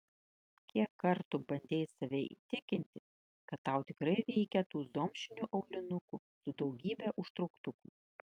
kiek kartų bandei save įtikinti kad tau tikrai reikia tų zomšinių aulinukų su daugybe užtrauktukų